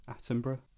Attenborough